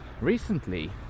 recently